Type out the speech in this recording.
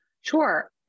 Sure